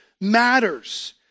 matters